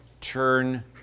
turn